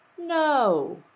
no